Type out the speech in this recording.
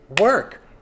work